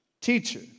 Teacher